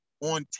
on